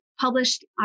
published